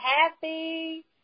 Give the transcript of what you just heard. happy